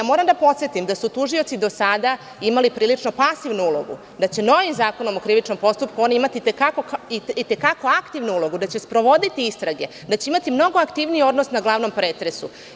Moram da podsetim da su tužioci do sada imali poprilično pasivnu ulogu, da će novim Zakonom o krivičnom postupku oni imati i te kako aktivnu ulogu, da će sprovoditi istrage, da će imati mnogo aktivniji odnos na glavnom pretresu.